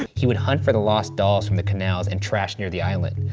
he would hunt for the lost dolls from the canals and trash near the island,